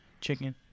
chicken